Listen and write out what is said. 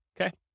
Okay